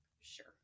sure